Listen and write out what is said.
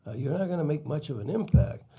you're not going to make much of an impact.